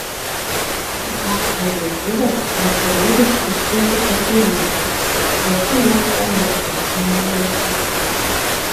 žas narys bilas vakarėlius iškeitė į tėvystę pasiilgsta nerūpestingų laikų